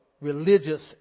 religious